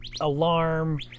alarm